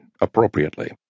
appropriately